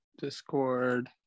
Discord